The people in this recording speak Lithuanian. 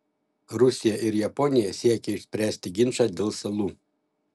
rusija ir japonija siekia išspręsti ginčą dėl salų